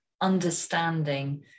understanding